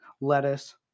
lettuce